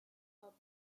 for